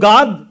God